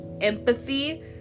empathy